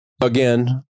again